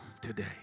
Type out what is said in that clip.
today